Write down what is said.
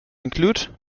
include